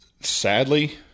Sadly